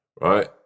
right